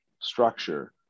structure